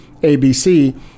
ABC